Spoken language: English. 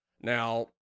Now